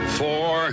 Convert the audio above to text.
four